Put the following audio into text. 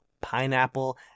pineapple